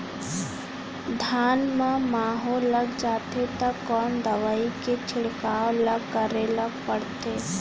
धान म माहो लग जाथे त कोन दवई के छिड़काव ल करे ल पड़थे?